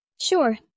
Sure